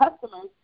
customers